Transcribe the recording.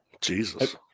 Jesus